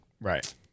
right